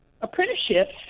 apprenticeships